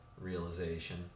realization